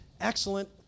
Excellent